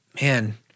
man